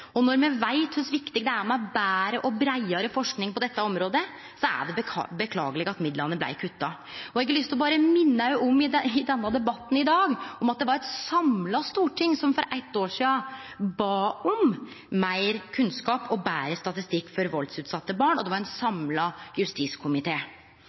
og når me veit kor viktig det er med betre og breiare forsking på dette området, er det beklageleg at midlane blei kutta. Eg har berre lyst til å minne om i denne debatten i dag, at det var eit samla storting som for eitt år sidan bad om meir kunnskap og betre statistikk for valdsutsette barn, og det var ein